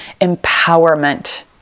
empowerment